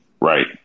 Right